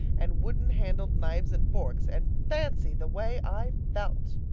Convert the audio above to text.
and wooden-handled knives and forks and fancy the way i felt!